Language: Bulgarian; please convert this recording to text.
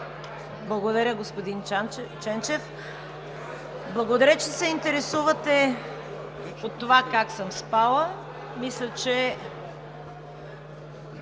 Благодаря, господин Ченчев. Благодаря, че се интересувате от това как съм спала. Мисля, че